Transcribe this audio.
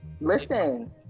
listen